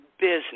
business